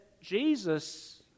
Jesus